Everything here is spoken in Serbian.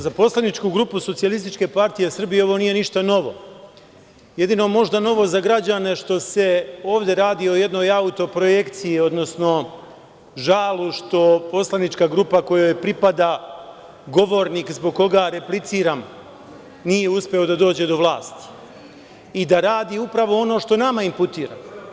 Za poslaničku grupu SPS ovo nije ništa novo, jedino možda novo za građane što se ovde radi o jednoj auto projekciji, odnosno žalu što poslanička grupa kojoj pripada govornik zbog koga repliciram nije uspeo da dođe do vlasti, i da radi upravo ono što nama inputira.